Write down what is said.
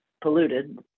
polluted